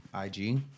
ig